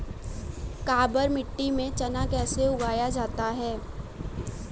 काबर मिट्टी में चना कैसे उगाया जाता है?